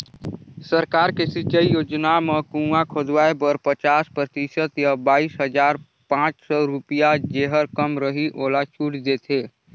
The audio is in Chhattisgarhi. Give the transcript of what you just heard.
सरकार के सिंचई योजना म कुंआ खोदवाए बर पचास परतिसत य बाइस हजार पाँच सौ रुपिया जेहर कम रहि ओला छूट देथे